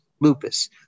lupus